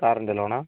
കാറിൻ്റെ ലോണാ